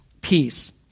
peace